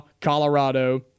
Colorado